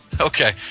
Okay